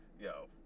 Yo